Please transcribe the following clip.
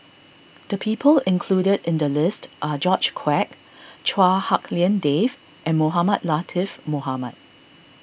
the people included in the list are George Quek Chua Hak Lien Dave and Mohamed Latiff Mohamed